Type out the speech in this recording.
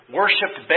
worshipped